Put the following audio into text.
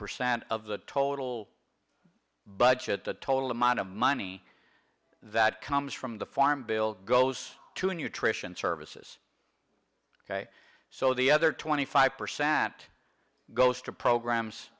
percent of the total budget the total amount of money that comes from the farm bill goes to nutrition services ok so the other twenty five percent goes to programs